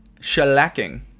shellacking